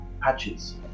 patches